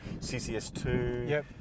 CCS2